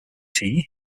tea